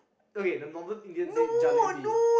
okay the normal Indians say jalebi